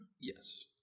Yes